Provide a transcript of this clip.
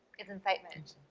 it's incitement,